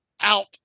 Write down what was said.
out